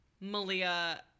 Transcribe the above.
malia